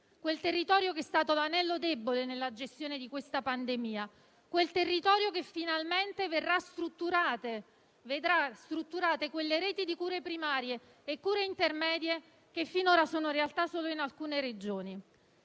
quel territorio che è stato l'anello debole nella gestione di questa pandemia, quel territorio che finalmente vedrà strutturate quelle reti di cure primarie e intermedie che finora costituiscano una realtà solo in alcune Regioni.